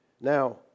Now